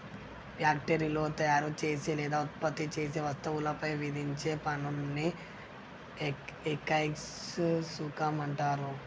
ఫ్యాక్టరీలో తయారుచేసే లేదా ఉత్పత్తి చేసే వస్తువులపై విధించే పన్నుని ఎక్సైజ్ సుంకం అంటరు